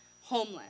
homeless